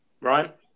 Right